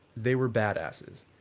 they were badasses.